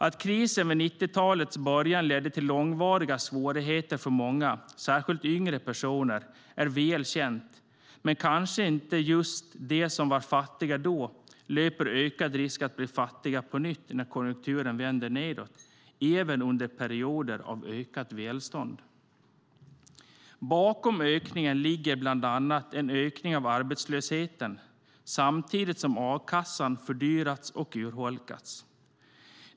Att krisen vid 90-talets början ledde till långvariga svårigheter för många, särskilt för yngre personer, är välkänt. Men kanske är det inte just de som då var fattiga som löper ökad risk att på nytt bli fattiga när konjunkturen vänder nedåt - även under perioder av ökat välstånd. Bakom ökningen ligger bland annat en ökning av arbetslösheten. Samtidigt har a-kassan fördyrats och urholkats.